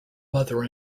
mother